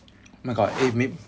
oh my god eh maybe